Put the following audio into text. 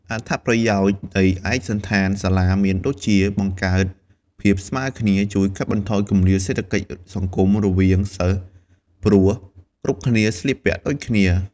អត្ថប្រយោជន៍នៃឯកសណ្ឋានសាលាមានដូចជា បង្កើតភាពស្មើគ្នា ជួយកាត់បន្ថយគម្លាតសេដ្ឋកិច្ចសង្គមរវាងសិស្ស ព្រោះគ្រប់គ្នាស្លៀកពាក់ដូចគ្នា។